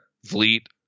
fleet